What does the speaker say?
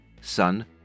son